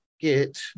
get